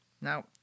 Now